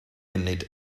munud